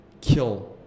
Kill